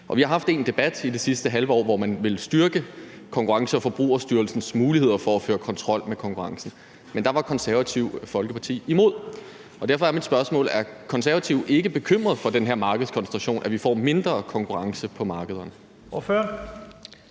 vi har haft en debat i det sidste halve år, hvor man ville styrke Konkurrence- og Forbrugerstyrelsens muligheder for at føre kontrol med konkurrencen, men der var Det Konservative Folkeparti imod. Derfor er mit spørgsmål: Er Konservative ikke bekymrede for den her markedskoncentration, altså at vi får mindre konkurrence på markeder?